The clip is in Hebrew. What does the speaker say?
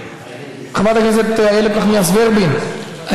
חברת הכנסת איילת נחמיאס ורבין,